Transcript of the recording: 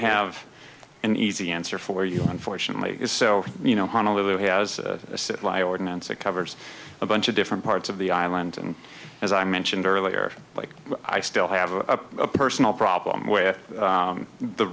have an easy answer for you unfortunately is so you know honolulu has a supply ordinance that covers a bunch of different parts of the island and as i mentioned earlier like i still have a personal problem with